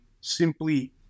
simply